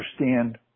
understand